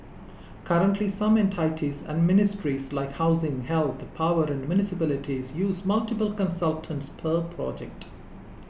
currently some entities and ministries like housing health power and municipalities use multiple consultants per project